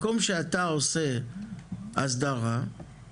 כשהם יהיו שותפים הם יעזרו לפתור בעיות בשטח,